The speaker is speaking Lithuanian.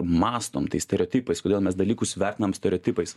mąstome tais stereotipas kodėl mes dalykus vertinam stereotipais